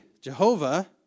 Jehovah